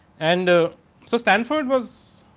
and ah so standard was